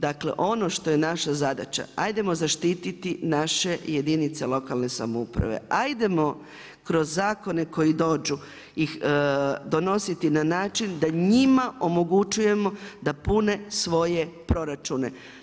Dakle ono što je naša zadaća, ajdemo zaštititi naše jedinice lokalne samouprave, ajdemo kroz zakone koji dođu i donositi na način da njima omogućujemo da pune svoje proračune.